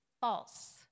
false